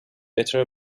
better